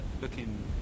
Looking